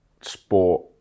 sport